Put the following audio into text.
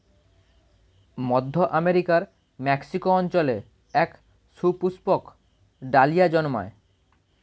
মধ্য আমেরিকার মেক্সিকো অঞ্চলে এক সুপুষ্পক ডালিয়া জন্মায়